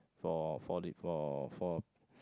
for for the for for